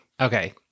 Okay